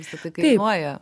visa tai kainuoja